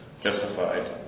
justified